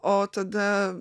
o tada